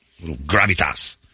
gravitas